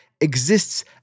exists